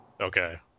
Okay